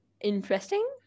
interesting